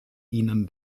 ihnen